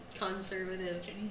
conservative